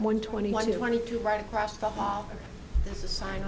one twenty one twenty two right across the hall that's the sign